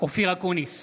אופיר אקוניס,